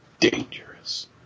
dangerous